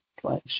place